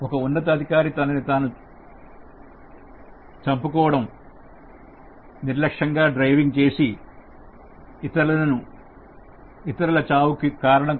ఒక ఉన్నత అధికారి తనని తాను చంపుకోవడం నిర్లక్ష్యంగా డ్రైవింగ్ చేసి ఇతరుల చావుకు కారణం కావడం అవుతాడు